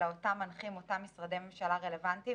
אלא אותם מנחים אותם משרדי ממשלה רלוונטיים.